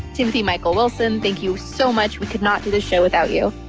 timothy michael wilson thank you so much, we could not do this show without you.